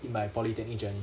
in my polytechnic journey